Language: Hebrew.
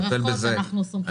אנחנו סומכים עליך.